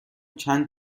چند